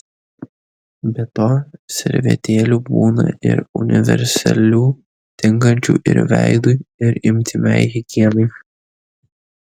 be to servetėlių būna ir universalių tinkančių ir veidui ir intymiai higienai